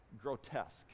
grotesque